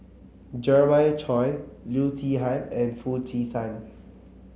Jeremiah Choy Loo Zihan and Foo Chee San